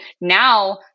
Now